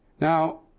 Now